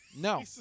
No